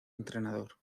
entrenador